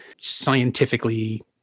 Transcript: scientifically